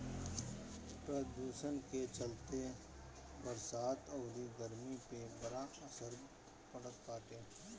प्रदुषण के चलते बरसात अउरी गरमी पे बड़ा असर पड़ल बाटे